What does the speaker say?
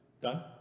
Done